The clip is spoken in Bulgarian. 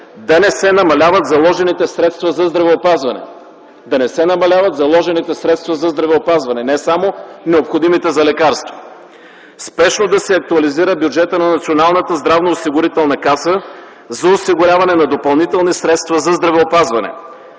да не се намаляват заложените средства за здравеопазване, не само необходимите за лекарства; спешно да се актуализира бюджетът на Националната здравноосигурителна каса за осигуряване на допълнителни средства за здравеопазване;